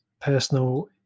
personal